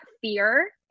fear